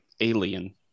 alien